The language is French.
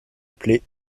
appeler